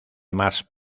más